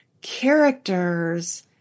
characters